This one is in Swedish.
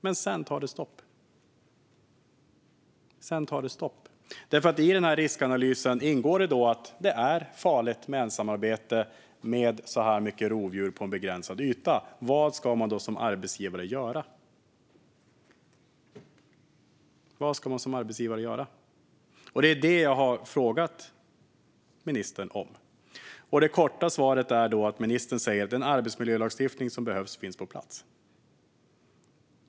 Men sedan tar det stopp. I denna riskanalys ingår det att det är farligt med ensamarbete när det är så många rovdjur på en begränsad yta. Vad ska man då som arbetsgivare göra? Det är detta som jag har frågat ministern om. Det korta svaret från ministern är då: "Den arbetsmiljölagstiftning som behövs finns på plats."